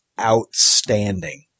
outstanding